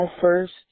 first